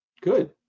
good